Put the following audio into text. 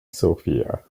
sofia